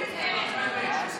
(קורא בשמות חברי הכנסת)